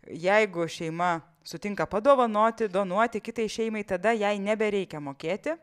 jeigu šeima sutinka padovanoti donuoti kitai šeimai tada jai nebereikia mokėti